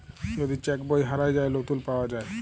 যদি চ্যাক বই হারাঁয় যায়, লতুল পাউয়া যায়